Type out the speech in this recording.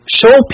show